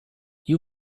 you